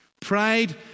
Pride